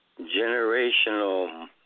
generational